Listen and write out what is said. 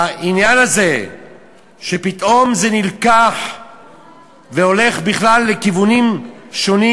העניין הזה שפתאום זה נלקח והולך בכלל לכיוונים שונים,